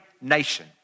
nation